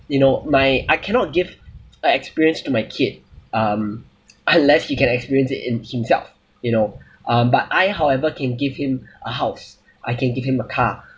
you know my I cannot give my experience to my kid um unless he can experience it in himself you know um but I however can give him a house I can give him a car